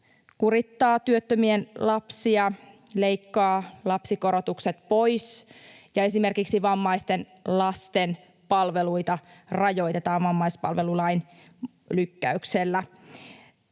kurittaa työttömien lapsia, leikkaa lapsikorotukset pois, ja esimerkiksi vammaisten lasten palveluita rajoitetaan vammaispalvelulain lykkäyksellä.